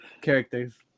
characters